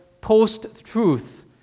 post-truth